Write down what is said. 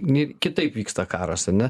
ne kitaip vyksta karas ane